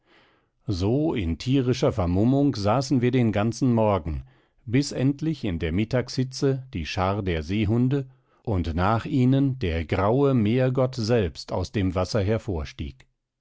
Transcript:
so in tierischer vermummung saßen wir den ganzen morgen bis endlich in der mittagshitze die schar der seehunde und nach ihnen der graue meergott selbst aus dem wasser hervorstieg